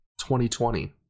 2020